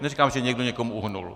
Neříkám, že někdo někomu uhnul.